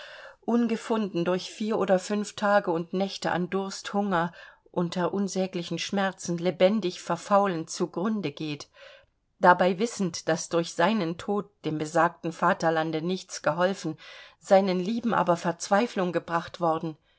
ungefunden durch vier oder fünf tage und nächte an durst hunger unter unsäglichen schmerzen lebendig verfaulend zu grunde geht dabei wissend daß durch seinen tod dem besagten vaterlande nichts geholfen seinen lieben aber verzweiflung gebracht worden